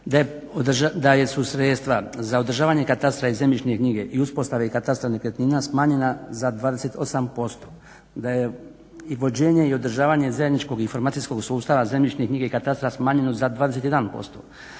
da su sredstva za održavanje katastra i zemljišne knjige i uspostave i katastra nekretnina smanjena za 28%, da je i vođenje i održavanje zajedničkog informacijskog sustava zemljišne knjige i katastra smanjeno za 21%,